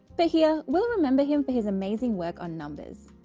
but here, we'll remember him for his amazing work on numbers.